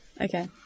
Okay